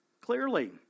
clearly